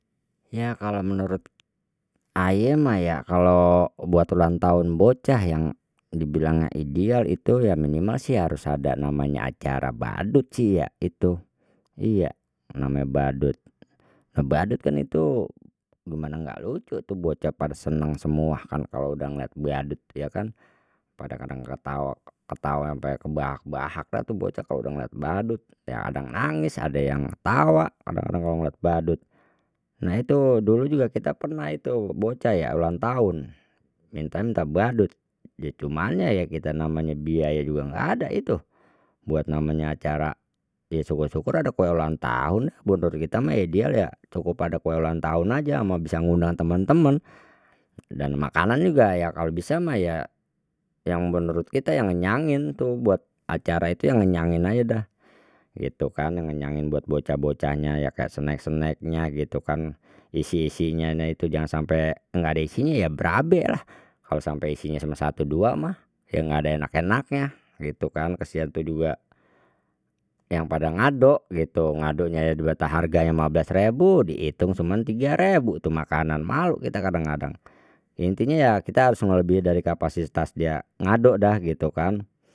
Ya kalau menurut aye mah ya kalau buat ulang tahun bocah yang dibilang ideal itu ya minimal sih harus ada namanya acara badut sih, ya itu iya namanya badut ngebadut kan itu gimana enggak lucu itu bocah pada seneng semua kan kalau sudah ngelihat badut ya kan kadang kadang ketawa ketawa ampe kebahak bahak dah tuh bocah kalau sudah ngelihat badut ya kadang nangis ada yang ketawa, kadang kadang kalau ngelihat badut. Nah itu dulu juga kita pernah itu bocah ya ulang tahun, minta minta badut di cuma ya kita namanya biaya juga enggak ada itu buat namanya acara ya syukur syukur ada kue ulang tahun menurut kita mah ideal ya cukup ada kue ulang tahun aja sama bisa ngundang teman teman dan makanan juga ya kalau bisa mah ya yang menurut kita yang ngenyangin tuh buat acara itu yang ngenyangin aja dah gitu kan yang ngenyangin buat bocah bocahnya ya kayak snack snack nya gitu kan isi isinya itu jangan sampai enggak ada isinya ya berabe lah kalau sampai isinya sama satu dua mah ya enggak ada enak enaknya gitu kan kasihan tuh juga, yang pada ngado gitu ngado juga tak harga yang lima belas rebu diitung cuma tiga rebu tuh makanan malu kita kadang kadang intinya ya kita harus melebihi dari kapasitas dia ngado dah gitu kan.